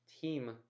team